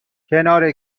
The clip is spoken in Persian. کنار